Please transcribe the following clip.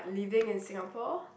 living in Singapore